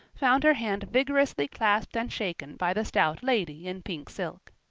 found her hand vigorously clasped and shaken by the stout lady in pink silk.